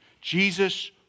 Jesus